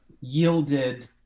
yielded